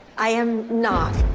i am not.